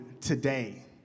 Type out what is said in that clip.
today